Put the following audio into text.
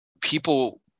people